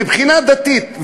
מבחינה דתית,